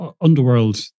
underworld